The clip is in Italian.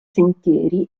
sentieri